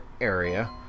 area